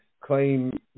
claim